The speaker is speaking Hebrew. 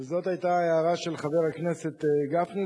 וזאת היתה ההערה של חבר הכנסת גפני.